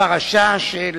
הפרשה של